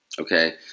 Okay